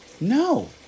No